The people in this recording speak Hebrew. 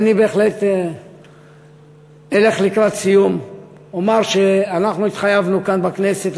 אני אלך לקראת סיום ואומר שהתחייבנו כאן בכנסת